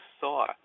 saw